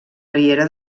riera